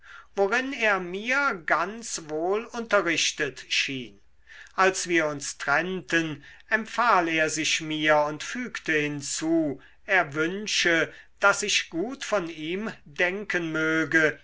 worin er mir ganz wohl unterrichtet schien als wir uns trennten empfahl er sich mir und fügte hinzu er wünsche daß ich gut von ihm denken möge